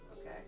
Okay